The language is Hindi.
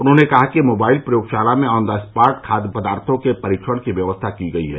उन्होंने कहा कि मोबाइल प्रयोगशाला में ऑन द स्पाट खादय पदार्थो के परीक्षण की व्यवस्था की गयी है